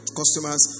customers